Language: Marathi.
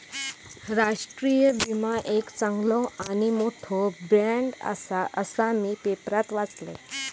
राष्ट्रीय विमा एक चांगलो आणि मोठो ब्रँड आसा, असा मी पेपरात वाचलंय